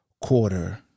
quarter